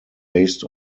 based